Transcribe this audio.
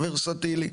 ורסטילי.